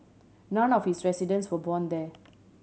none of its residents were born there